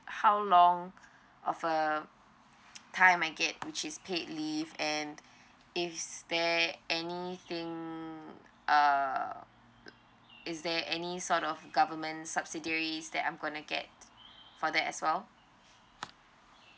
how long of um time I might get which is paid leave and is there anything err is there any sort of government subsidiaries that I'm gonna get for that as well